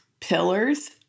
pillars